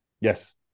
yes